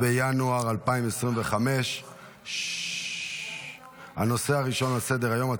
1 בינואר 2025. הנושא הראשון על סדר-היום,